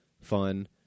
fun